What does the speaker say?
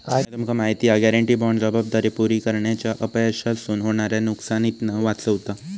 काय तुमका माहिती हा? गॅरेंटी बाँड जबाबदारी पुरी करण्याच्या अपयशापासून होणाऱ्या नुकसानीतना वाचवता